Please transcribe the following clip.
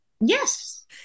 Yes